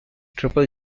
triple